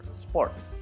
sports